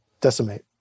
Decimate